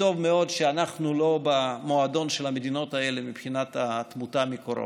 וטוב מאוד שאנחנו לא במועדון של המדינות האלה מבחינת התמותה מקורונה.